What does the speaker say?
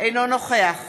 אינו נוכח